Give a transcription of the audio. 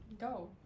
go